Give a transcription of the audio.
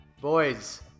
boys